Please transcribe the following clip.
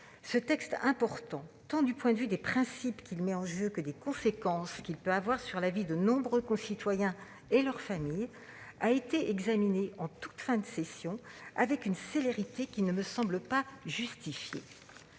Ce texte important, du point de vue tant des principes qu'il met en jeu que des conséquences qu'il peut avoir sur la vie de nombre de nos concitoyens et de leur famille, a été examiné en toute fin de session, avec une célérité qui ne me semble pas justifiée.